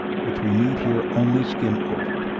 which we need here only skim over.